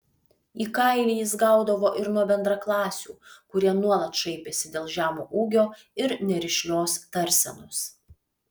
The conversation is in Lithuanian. į kailį jis gaudavo ir nuo bendraklasių kurie nuolat šaipėsi dėl žemo ūgio ir nerišlios tarsenos